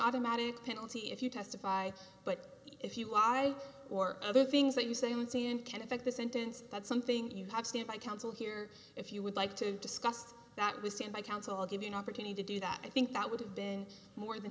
automatic penalty if you testify but if you lie or other things that you say you would see and can affect the sentence that's something you have stand by counsel here if you would like to discuss that with stand by counsel i'll give you an opportunity to do that i think that would have been more than